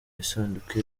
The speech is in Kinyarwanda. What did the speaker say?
isanduku